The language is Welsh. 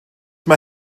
mae